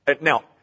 now